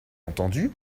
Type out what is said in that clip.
entendu